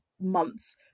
months